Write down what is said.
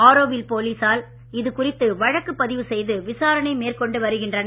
ஆரோவில் போலீசார் இது குறித்து வழக்கு பதிவு செய்து விசாரணை மேற்கொண்டு வருகின்றனர்